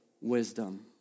wisdom